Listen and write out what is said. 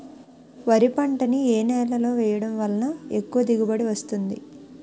వరి పంట ని ఏ నేలలో వేయటం వలన ఎక్కువ దిగుబడి వస్తుంది?